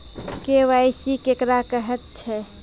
KYC केकरा कहैत छै?